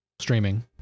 streaming